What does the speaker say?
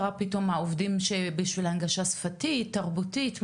בשביל הנגשה שפתית, תרבותית?